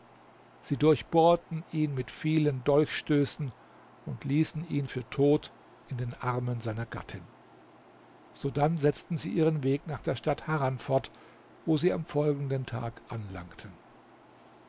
sie durchbohrten ihn mit vielen dolchstößen und ließen ihn für tot in den armen seiner gattin sodann setzten sie ihren weg nach der stadt harran fort wo sie am folgenden tag anlangten